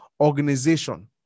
organization